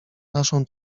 naszą